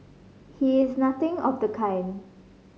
he is nothing of the kind